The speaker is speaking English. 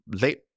late